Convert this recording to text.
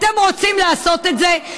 אתם רוצים לעשות את זה,